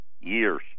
years